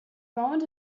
moment